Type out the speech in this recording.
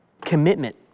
commitment